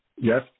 Yes